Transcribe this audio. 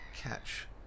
catch